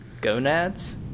gonads